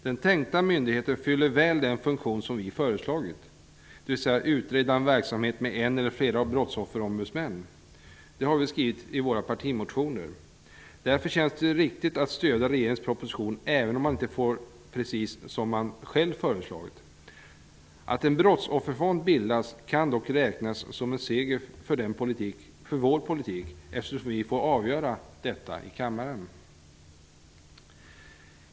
Den tänkta myndigheten fyller väl den fuktion som vi föreslagit, dvs. att utvidga verksamheten med en eller flera brottsofferombudsmän. Det har vi skrivit i vår partimotion. Därför känns det riktigt att stöda regeringens proposition, även man inte får precis som man själv föreslagit. Att en brottsofferfond bildas kan dock räknas som en seger för vår politik, eftersom vi får avgöra detta i kammaren.